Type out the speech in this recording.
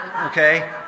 Okay